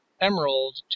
Emerald